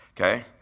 okay